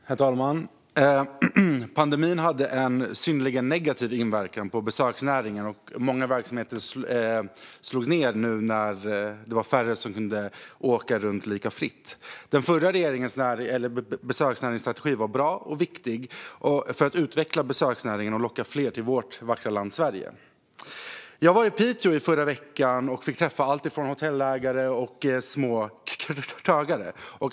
Herr talman! Pandemin hade en synnerligen negativ inverkan på besöksnäringen, och många verksamheter slog igen när det var färre som kunde åka runt lika fritt. Den förra regeringens besöksnäringsstrategi var bra och viktig för att utveckla besöksnäringen och locka fler till vårt vackra land Sverige. Jag var i Piteå förra veckan och fick träffa alltifrån hotellägare till små krögare.